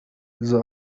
إذا